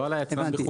לא על היצרן בחו"ל.